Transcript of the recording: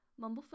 Mumblefoot